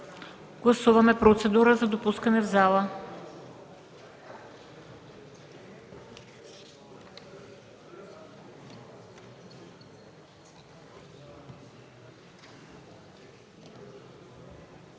Гласуваме процедура за допускане в залата.